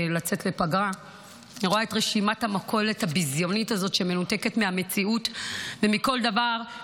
אני רואה את רשימת המכולת הביזיונית הזאת שמנותקת מהמציאות ומכל דבר,